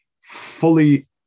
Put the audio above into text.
Fully